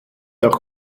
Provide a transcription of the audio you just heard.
auch